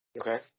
Okay